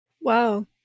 Wow